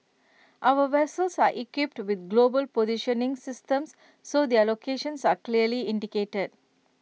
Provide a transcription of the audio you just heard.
our vessels are equipped with global positioning systems so their locations are clearly indicated